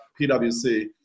PwC